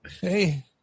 Hey